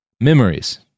Memories